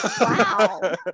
Wow